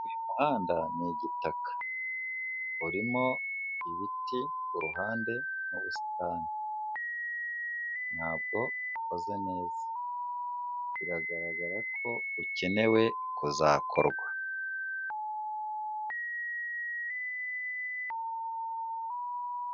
Uyu muhanda ni igitaka, urimo ibiti ku ruhande n'ubusitani, ntago ukoze neza, biragaragara ko ukenewe kuzakorwa.